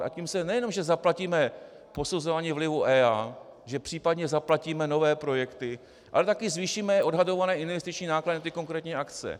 A tím nejenom že zaplatíme posuzování vlivu EIA, že případně zaplatíme nové projekty, ale taky zvýšíme odhadované investiční náklady na ty konkrétní akce.